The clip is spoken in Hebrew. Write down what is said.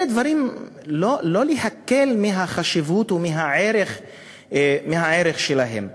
אלה דברים שאין להקל בחשיבות ובערך שלהם.